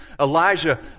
Elijah